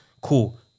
Cool